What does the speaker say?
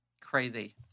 Crazy